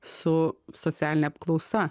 su socialine apklausa